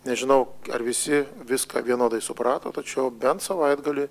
nežinau ar visi viską vienodai suprato tačiau bent savaitgalį